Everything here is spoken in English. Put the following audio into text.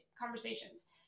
conversations